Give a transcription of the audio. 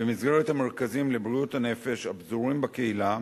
במסגרת המרכזים לבריאות הנפש הפזורים בקהילה.